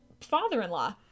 father-in-law